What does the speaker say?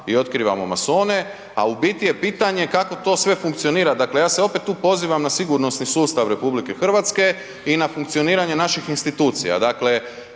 i otkrivamo masone, a u biti je pitanje kako to sve funkcionira, dakle ja se opet tu pozivam na sigurnosni sustav RH i na funkcioniranje naših institucija